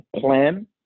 plan